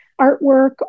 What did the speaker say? artwork